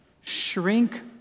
Shrink